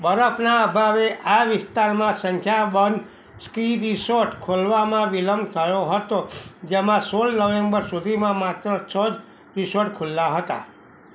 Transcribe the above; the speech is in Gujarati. બરફના અભાવે આ વિસ્તારમાં સંખ્યાબંધ સ્કી રિસોર્ટ ખોલવામાં વિલંબ થયો હતો જેમાં સોળ નવેમ્બર સુધીમાં માત્ર છ જ રિસોર્ટ ખુલ્લા હતા